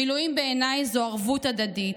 מילואים בעיניי זה ערבות הדדית,